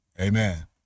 Amen